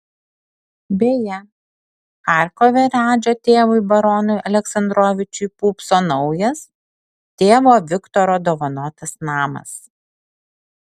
beje charkove radžio tėvui baronui aleksandrovičiui pūpso naujas tėvo viktoro dovanotas namas